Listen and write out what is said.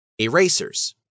Erasers